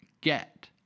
get